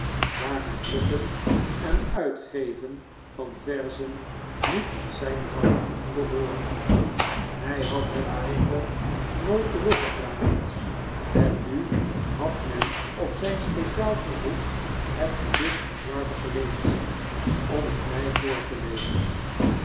daar net drukken en uitgeven van verzen niet tot zijn vak behoorde zij had het echter nooit teruggevraagd ennu had men op zyn speciaal verzoek het gedicht aan jarber geleend om het my voor telezen